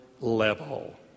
level